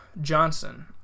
Johnson